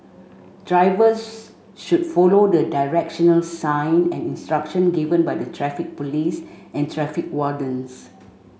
drivers should follow the directional sign and instruction given by the Traffic Police and traffic wardens